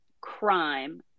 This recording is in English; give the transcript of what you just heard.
crime